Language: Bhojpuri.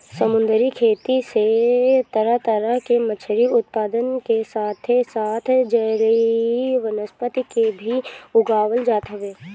समुंदरी खेती से तरह तरह के मछरी उत्पादन के साथे साथ जलीय वनस्पति के भी उगावल जात हवे